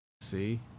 see